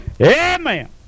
Amen